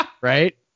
right